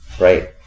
Right